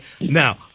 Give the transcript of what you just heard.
Now